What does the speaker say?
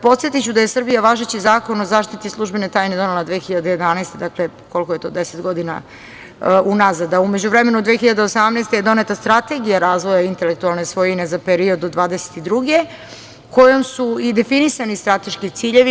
Podsetiću da je Srbija važeći Zakon o zaštiti službene tajne donela 2011. godine, dakle, koliko je to, deset godina unazad, a u međuvremenu 2018. je doneta Strategija razvoja intelektualne svojine za period do 2022. godine, kojom su i definisani strateški ciljevi.